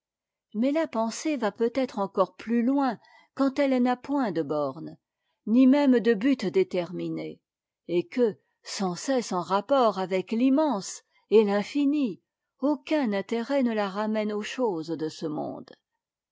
mais la pensée va peut-être encore plus loin quand elle n'a point de bornes ni même de but déterminé et que sans cesse en rapport avec l'immense et l'infini aucun intérêt ne la ramène aux choses de ce monde